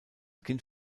kind